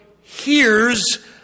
hears